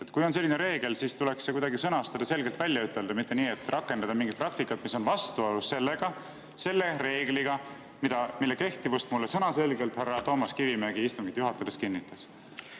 Kui on selline reegel, siis tuleks see kuidagi sõnastada ja selgelt välja ütelda, mitte rakendada mingit praktikat, mis on vastuolus selle reegliga, mille kehtivust mulle sõnaselgelt härra Toomas Kivimägi, istungi juhataja, äsja kinnitas.